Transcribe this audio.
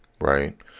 right